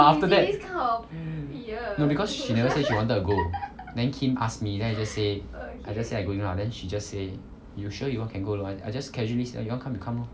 but after that no because she never say she wanted to go then kim ask me then I just say I just say I going out then she just say you sure you want can go along I just casually say eh you want you come lor